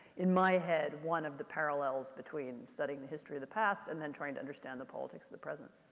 in my head, one of the parallels between studying the history of the past and then trying to understand the politics of the present.